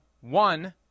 one